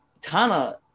Tana